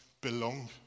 belong